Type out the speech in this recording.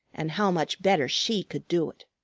and how much better she could do it.